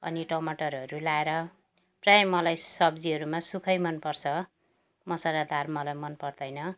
अनि टमाटरहरू लगाएर प्रायः मलाई सब्जीहरूमा सुक्खै मनपर्छ मसलादार मलाई मनपर्दैन